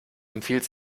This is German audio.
empfiehlt